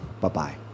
Bye-bye